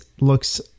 looks